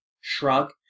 shrug